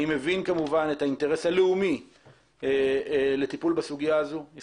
אני מבין כמובן את האינטרס הלאומי לטיפול בסוגיה הזו שהיא